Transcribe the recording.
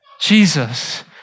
Jesus